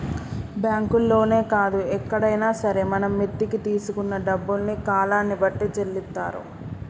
బ్యాంకుల్లోనే కాదు ఎక్కడైనా సరే మనం మిత్తికి తీసుకున్న డబ్బుల్ని కాలాన్ని బట్టి చెల్లిత్తారు